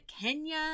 Kenya